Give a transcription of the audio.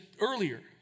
earlier